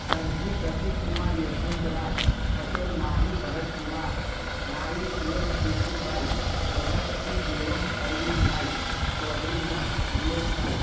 Darji Pratikkumar Yashwantrai Patel Mahi Bharatkumar Nai Suraj Kirtibhai Prajapati Devam Arvindbhai Chaudhari Naksh Nileshbhai